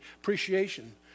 appreciation